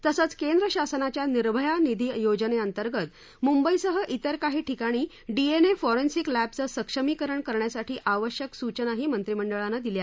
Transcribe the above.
तसद्धकेंद्र शासनाच्या निर्भया निधी योजनेअर्सित मुद्दिसह इतर काही ठिकाणी डीएनए फॉरेन्सिक लद्धक सिक्षमीकरण करण्यासाठी आवश्यक सूचनाही मधीमडळान दिल्या